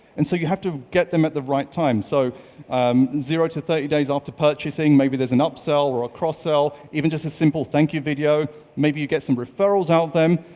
and so you have to get them at the right time. so um zero to thirty days after purchasing, maybe there's an upsell or cross-sell. even just a simple thank you video, maybe you get some referrals out of them.